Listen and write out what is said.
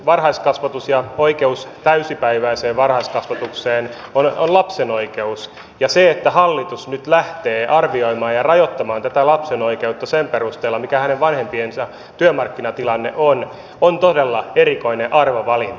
varhaiskasvatus ja oikeus täysipäiväiseen varhaiskasvatukseen ovat lapsen oikeus ja se että hallitus nyt lähtee arvioimaan ja rajoittamaan tätä lapsen oikeutta sen perusteella mikä tämän vanhempien työmarkkinatilanne on on todella erikoinen arvovalinta